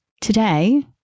today